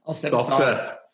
Doctor